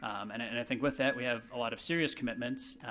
um and and i think with that we have a lot of serious commitments.